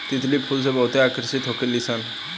तितली फूल से बहुते आकर्षित होखे लिसन